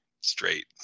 straight